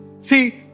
See